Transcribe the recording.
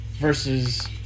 Versus